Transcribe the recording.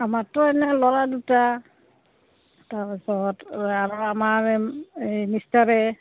আমাৰটো এনে ল'ৰা দুটা তাৰপিছত আৰু আমাৰ এই মিষ্টাৰে